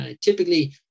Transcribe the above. typically